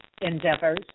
endeavors